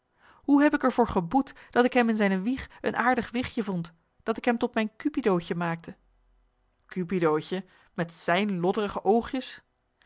hoe heb ik er voor geboet dat ik hem in zijne wieg een aardig wichtje vond dat ik hem tot mijn c u p i d o o t j e maakte cupidootje met zijn loddrige oogjes